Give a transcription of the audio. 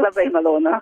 labai malonu